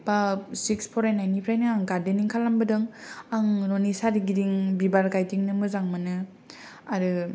बा स्किस फरायनायनिफ्रायनो आं गार्देनिं खालाम बोदों आं न'नि सारिगिदिं बिबार गायदिंनो मोजां मोनो आरो